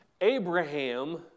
Abraham